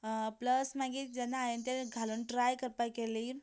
plus आनी मागीर जेन्ना हांवें तें घालून ट्राय करपा केली